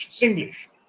English